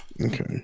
Okay